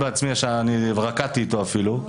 רקדתי אתו אפילו.